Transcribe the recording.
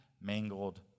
mangled